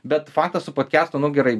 bet faktas su podkestu nu gerai